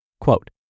quote